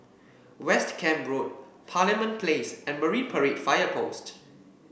West Camp Road Parliament Place and Marine Parade Fire Post